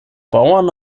bauern